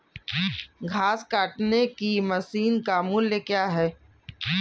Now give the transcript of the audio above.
घास काटने की मशीन का मूल्य क्या है?